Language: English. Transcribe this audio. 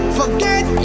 forget